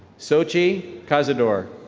soji cazzador.